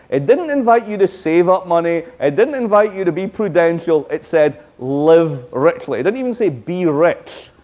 it didn't invite you to save up money. it didn't invite you to be prudential. it said live richly. it didn't even say be rich.